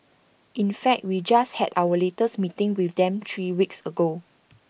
in fact we just had our latest meeting with them three weeks ago